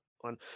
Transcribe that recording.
one